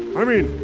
i mean,